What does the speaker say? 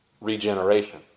Regeneration